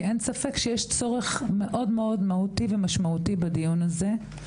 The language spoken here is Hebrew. כי אין ספק שיש צורך מהותי ומשמעותי בדיון הזה.